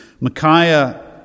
Micaiah